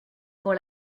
pour